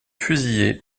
fusillés